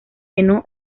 llenó